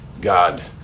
God